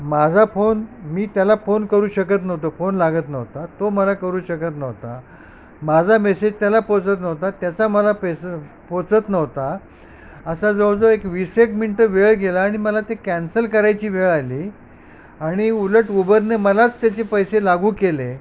मा माझा फोन मी त्याला फोन करू शकत नव्हतो फोन लागत नवता तो मला करू शकत नव्हता माझा मेसेज त्याला पोचत नव्हता त्याचा मला पेस पोचत नव्हता असा जवळजवळ एक वीस एक मिनटं वेळ गेला आणि मला ते कॅन्सल करायची वेळ आली आणि उलट उभरने मलाच त्याचे पैसे लागू केले